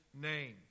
name